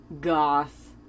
goth